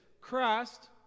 Christ